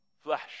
flesh